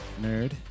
nerd